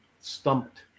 stumped